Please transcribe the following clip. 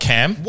Cam